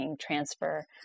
transfer